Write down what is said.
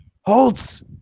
Holtz